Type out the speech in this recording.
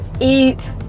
eat